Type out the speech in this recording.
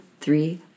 three